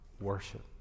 worship